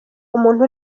umuntu